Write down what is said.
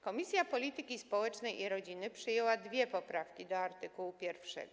Komisja Polityki Społecznej i Rodziny przyjęła dwie poprawki do art. 1.